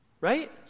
right